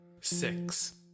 six